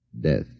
death